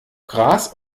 gras